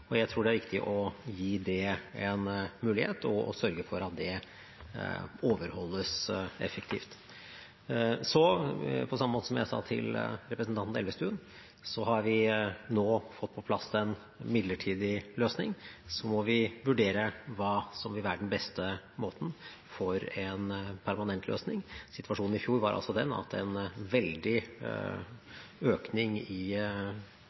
og jeg tror det er viktig å gi det en mulighet og sørge for at det overholdes effektivt. På samme måte som jeg sa til representanten Elvestuen: Vi har nå fått på plass en midlertidig løsning. Så må vi vurdere hva som vil være den beste måten å få til en permanent løsning på. Situasjonen i fjor var den at en veldig økning i